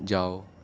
جاؤ